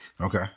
Okay